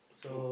oh